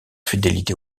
fidélité